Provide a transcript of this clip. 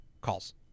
calls